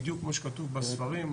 בדיוק כמו שכתוב בספרים,